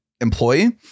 employee